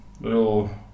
little